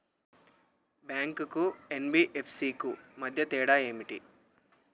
Bank కు NBFC కు మధ్య తేడా ఏమిటి?